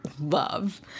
love